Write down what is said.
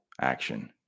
action